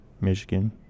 Michigan